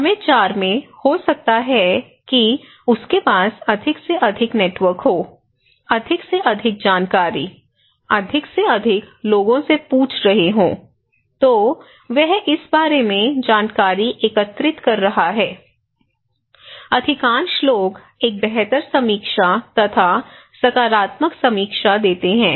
समय 4 में हो सकता है कि उसके पास अधिक से अधिक नेटवर्क हो अधिक से अधिक जानकारी अधिक से अधिक लोगों से पूछ रहे हों तो वह इस बारे में जानकारी एकत्रित कर रहा है अधिकांश लोग एक बेहतर समीक्षा तथा सकारात्मक समीक्षा देते हैं